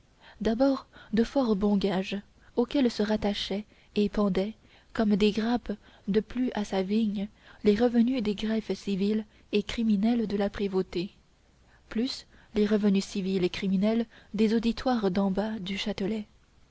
d'abord de fort bons gages auxquels se rattachaient et pendaient comme des grappes de plus à sa vigne les revenus des greffes civil et criminel de la prévôté plus les revenus civils et criminels des auditoires d'embas du châtelet